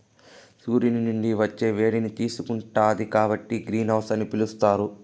సూర్యుని నుండి వచ్చే వేడిని తీసుకుంటాది కాబట్టి గ్రీన్ హౌస్ అని పిలుత్తారు